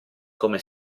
come